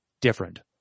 different